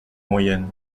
moyenne